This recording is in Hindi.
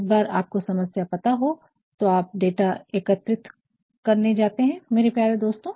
एक बार आपको समस्या पता हो तो आप डाटा तथ्य एकत्रित करने जाते है मेरे प्यारे दोस्तों